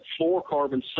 fluorocarbon